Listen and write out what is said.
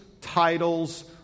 titles